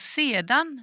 sedan